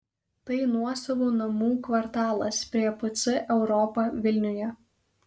tai nuosavų namų kvartalas prie pc europa vilniuje